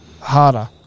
harder